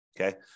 okay